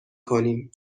کنیم